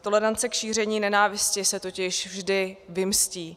Tolerance k šíření nenávisti se totiž vždy vymstí.